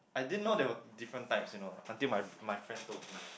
I didn't know they were different type you know until my my friend told me